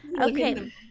okay